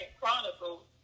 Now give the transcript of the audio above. Chronicles